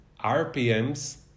RPMs